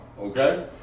okay